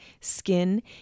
skin